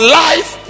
life